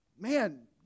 Man